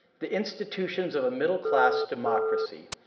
the institutions of a middle class democracy,